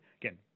again